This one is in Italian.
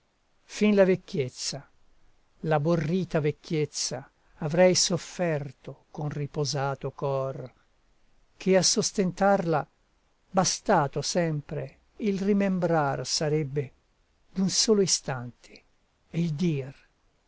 fin la vecchiezza l'abborrita vecchiezza avrei sofferto con riposato cor che a sostentarla bastato sempre il rimembrar sarebbe d'un solo istante e il dir